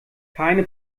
keine